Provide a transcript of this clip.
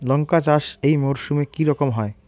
লঙ্কা চাষ এই মরসুমে কি রকম হয়?